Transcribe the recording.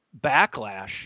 backlash